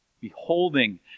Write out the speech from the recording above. Beholding